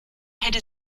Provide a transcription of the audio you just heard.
hätte